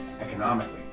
economically